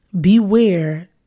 Beware